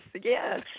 yes